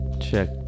check